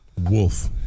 Wolf